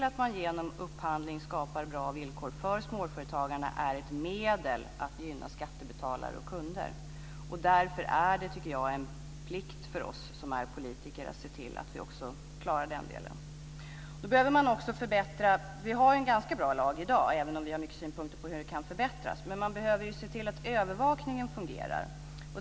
Att genom upphandling skapa bra villkor för småföretagarna är ett medel att gynna skattebetalare och kunder, och jag tycker därför att det är en plikt för oss politiker att klara den uppgiften. Vi har i dag en ganska bra lag, även om den kan förbättras, men man behöver också se till att övervakningen fungerar.